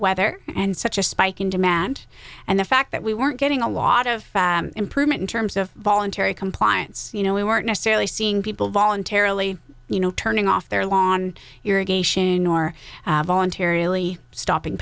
weather and such a spike in demand and the fact that we weren't getting a lot of improvement in terms of voluntary compliance you know we weren't necessarily seeing people voluntarily you know turning off their lawn irrigation or voluntarily stopping